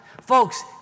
Folks